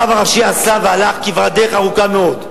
הרב הראשי עשה והלך כברת דרך ארוכה מאוד.